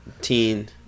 teen